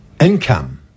income